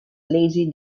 lazy